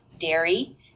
dairy